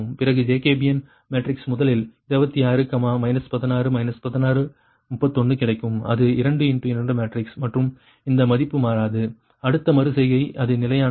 பிறகு Jacobian matrix முதலில் 26 16 16 31 கிடைக்கும் அது 2 இன்டு 2 மேட்ரிக்ஸ் மற்றும் இந்த மதிப்பு மாறாது அடுத்த மறு செய்கை இது நிலையானது எடுக்கும்